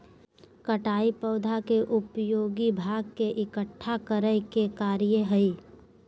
कटाई पौधा के उपयोगी भाग के इकट्ठा करय के कार्य हइ